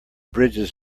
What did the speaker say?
bridges